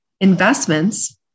investments